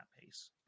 pace